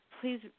please